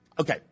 Okay